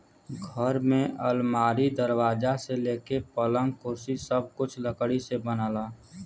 घर में अलमारी, दरवाजा से लेके पलंग, कुर्सी सब कुछ लकड़ी से बनला